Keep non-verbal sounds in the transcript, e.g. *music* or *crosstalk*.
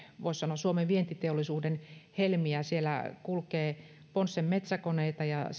voisi sanoa suomen vientiteollisuuden helmiä siellä kulkee ponssen metsäkoneita ja *unintelligible*